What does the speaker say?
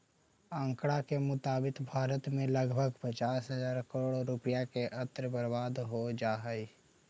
आँकड़ा के मुताबिक भारत में लगभग पचास हजार करोड़ रुपया के अन्न बर्बाद हो जा हइ